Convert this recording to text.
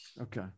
okay